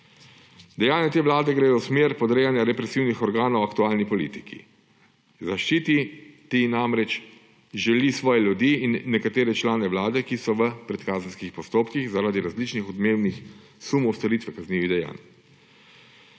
Dejanja te vlade gredo v smer podrejanja represivnih organov aktualni politiki. Zaščititi namreč želi svoje ljudi in nekatere člane vlade, ki so v predkazenskih postopkih zaradi različnih odmevnih sumov storitve kaznivih dejanj.